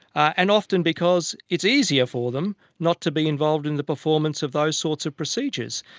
and often because it's easier for them not to be involved in the performance of those sorts of procedures.